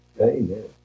Amen